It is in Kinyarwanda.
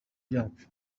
byacu